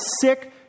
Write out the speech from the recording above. sick